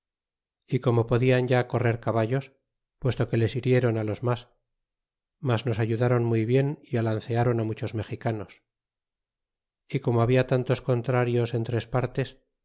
y como podian ya correr caballos puesto que les birlaron los mas mas nos ayudaron muy bien y alanceron muchos mexicanos y como habia tantos contrarios en tres partes